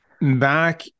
Back